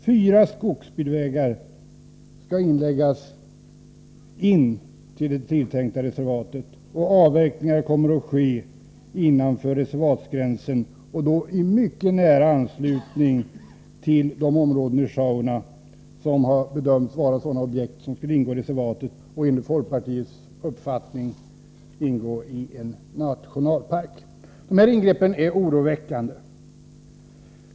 Fyra skogsbilvägar skall anläggas in till det tilltänkta reservatet. Avverkningar kommer att ske innanför reservatsgränsen, i mycket nära anslutning till de områden i Sjaunja som har bedömts vara så värdefulla att de bör ingå i reservatet — och enligt folkpartiets uppfattning ien nationalpark. Dessa ingrepp är oroväckande.